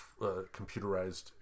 computerized